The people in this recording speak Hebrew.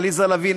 עליזה לביא,